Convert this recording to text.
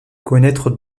connaître